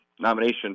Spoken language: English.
nomination